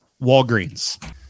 Walgreens